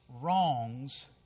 Wrong's